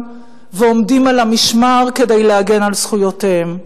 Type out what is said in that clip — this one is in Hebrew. ועומדים על המשמר כדי להגן על זכויותיהם.